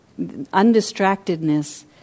undistractedness